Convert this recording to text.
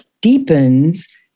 deepens